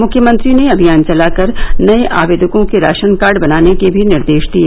मुख्यमंत्री ने अभियान चलाकर नए आवेदकों के राशन कार्ड बनाने के भी निर्देश दिए